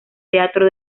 teatro